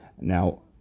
Now